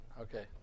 Okay